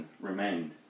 remained